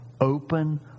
open